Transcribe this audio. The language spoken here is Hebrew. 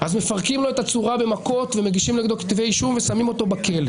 אז מפרקים לו את הצורה במכות ומגישים נגדו כתבי אישום ושמים אותו בכלא.